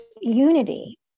unity